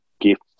gift